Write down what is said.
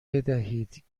بدهید